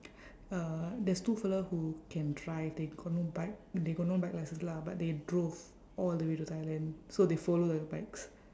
uh there's two fella who can drive they got no bike they got no bike license lah but they drove all the way to thailand so they follow the bikes